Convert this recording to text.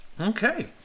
Okay